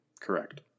Correct